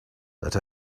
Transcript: that